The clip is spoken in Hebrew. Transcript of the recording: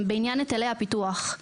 בעניין היטלי הפיתוח.